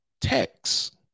text